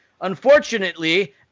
unfortunately